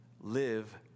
live